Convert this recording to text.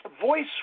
voice